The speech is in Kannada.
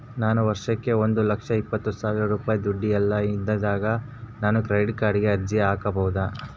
ನಾನು ವರ್ಷಕ್ಕ ಒಂದು ಲಕ್ಷ ಇಪ್ಪತ್ತು ಸಾವಿರ ರೂಪಾಯಿ ದುಡಿಯಲ್ಲ ಹಿಂಗಿದ್ದಾಗ ನಾನು ಕ್ರೆಡಿಟ್ ಕಾರ್ಡಿಗೆ ಅರ್ಜಿ ಹಾಕಬಹುದಾ?